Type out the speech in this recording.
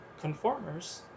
conformers